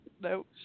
No